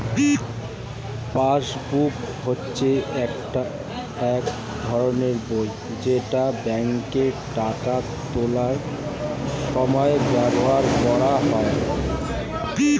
passbook হচ্ছে এক ধরনের বই যেটা ব্যাংকে টাকা তোলার সময় ব্যবহার করা হয়